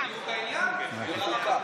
מאה אחוז.